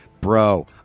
Bro